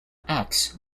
acts